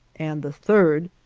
and the third,